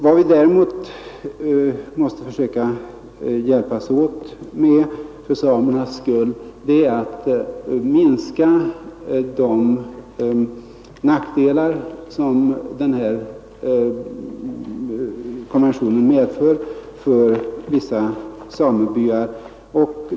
Vad vi däremot måste försöka hjälpas åt med för samernas skull är att minska de nackdelar som konventionen medför för vissa samebyar.